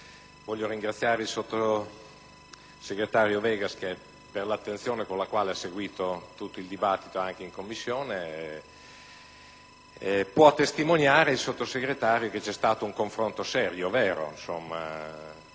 voglio ringraziare il sottosegretario Vegas per l'attenzione con la quale ha seguito tutto il dibattito anche in Commissione. Può testimoniare egli stesso che c'è stato finora un confronto serio e vero.